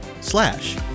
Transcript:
slash